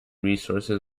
resources